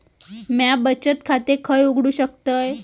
म्या बचत खाते खय उघडू शकतय?